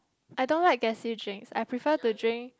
I don't like gassy drink I prefer to drink